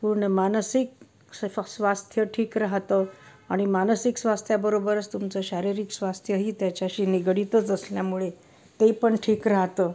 पूर्ण मानसिक स्वास्थ्य ठीक राहतं आणि मानसिक स्वास्थ्याबरोबरच तुमचं शारीरिक स्वास्थ्यही त्याच्याशी निगडितच असल्यामुळे ते पण ठीक राहतं